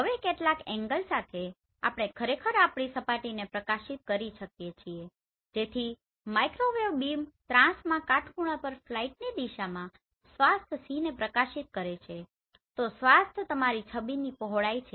હવે કેટલાક એન્ગલ સાથે આપણે ખરેખર આપણી સપાટીને પ્રકાશિત કરીએ છીએ જેથી માઇક્રોવેવ બીમ ત્રાંસમાં કાટખૂણા પર ફલાઇટની દિશામાં સ્વાથ Cને પ્રકાશિત કરે છે તો સ્વાથ તમારી છબીની પહોળાઈ છે